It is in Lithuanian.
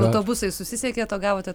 autobusais susisiekė o gavote